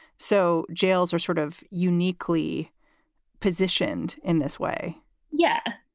so jails are sort of uniquely positioned in this way yeah.